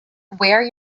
where